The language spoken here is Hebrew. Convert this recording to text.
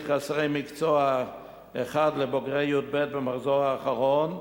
"חסרי מקצוע אחד" לבוגרי י"ב במחזור האחרון,